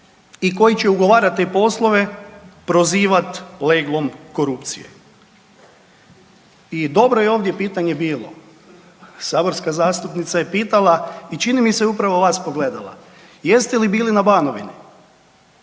i koji će ugovarati te poslove prozivat leglom korupcije. I dobro je ovdje pitanje bilo, saborska zastupnica je pitala i čini mi se upravo vas pogledala, jeste li bili na Banovini.